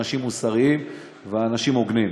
אנשים מוסריים ואנשים הוגנים.